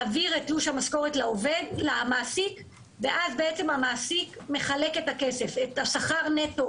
מעבירה את תלוש המשכורת למעסיק ואז המעסיק מחלק את הכסף: את השכר נטו